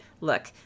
look